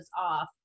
off